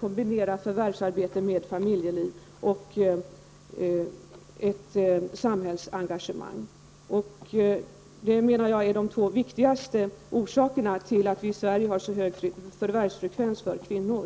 kombinera förvärvsarbete med familjeliv och ett samhällsengagemang. Det menar jag är de två viktigaste orsakerna till att vi i Sverige har så hög förvärvsfrekvens för kvinnor.